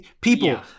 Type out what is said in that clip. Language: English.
people